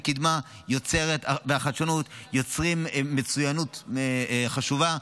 קידמה וחדשנות יוצרות מצוינות חשובה.